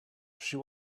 she